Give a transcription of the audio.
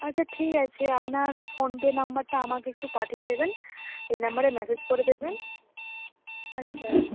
আচ্ছা ঠিক আছে আপনার ফোনপে নাম্বারটা আমাকে একটু পাঠিয়ে দেবেন এই নাম্বারে মেসেজ করে দেবেন আচ্ছা